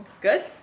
Good